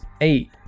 Eight